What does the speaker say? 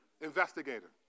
investigator